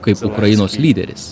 kaip ukrainos lyderis